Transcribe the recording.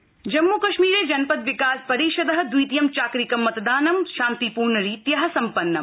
जम्मू चुनाव जम्मू कश्मीरे जनपद् विकास परिषदः द्वितीयं चाक्रिकं मतदानं शान्तिपूर्णरीत्याः सम्पन्नम्